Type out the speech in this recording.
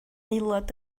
aelod